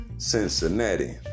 Cincinnati